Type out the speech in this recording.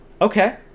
Okay